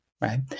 right